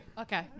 Okay